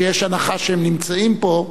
שיש הנחה שהם נמצאים פה,